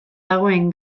dagoen